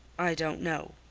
i don't know.